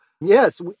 yes